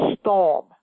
storm